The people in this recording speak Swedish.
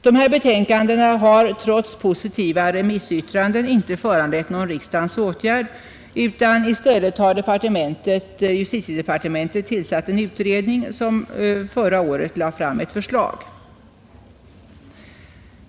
Dessa betänkanden har trots positiva remissyttranden inte föranlett någon riksdagens åtgärd, utan i stället har justitiedepartementet tillsatt en utredning som förra året lade fram ett förslag.